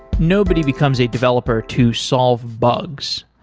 nobody becomes a developer to solve bugs.